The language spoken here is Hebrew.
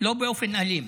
לא באופן אלים.